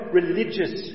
religious